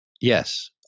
Yes